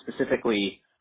specifically